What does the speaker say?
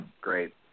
great